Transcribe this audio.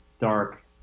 dark